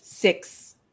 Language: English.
six